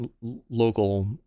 local